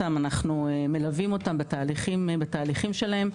אנחנו מלווים אותם בתהליכים שלהם.